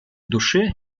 душе